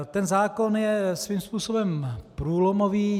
Ten zákon je svým způsobem průlomový.